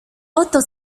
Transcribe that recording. oto